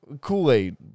Kool-Aid